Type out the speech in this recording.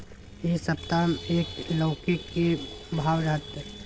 इ सप्ताह एक लौकी के की भाव रहत?